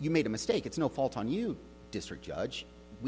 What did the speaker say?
you made a mistake it's no fault on you district judge we